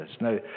Now